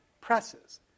presses